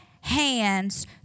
hands